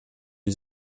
die